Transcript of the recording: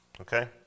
okay